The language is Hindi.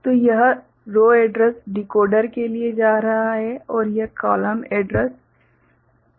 तो यह रो एड्रैस डिकोडर के लिए जा रहा है और यह कॉलम एड्रेस डिकोडर पर जा रहा है